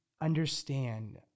understand